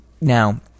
Now